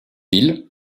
ville